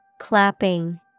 Clapping